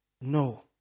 No